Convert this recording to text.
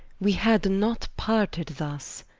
we had not parted thus.